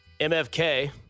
MFK